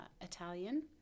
Italian